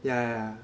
yeah